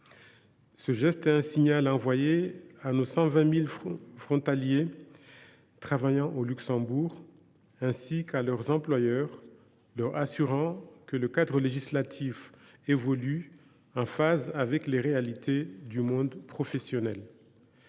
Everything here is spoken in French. envoyons un signal à nos 120 000 compatriotes travaillant au Luxembourg, ainsi qu’à leurs employeurs, en les assurant que le cadre législatif évolue en phase avec les réalités du monde professionnel.